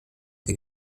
der